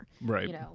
Right